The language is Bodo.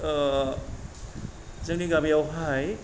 ओ जोंनि गामियावहाय